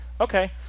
okay